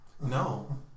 No